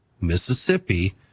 Mississippi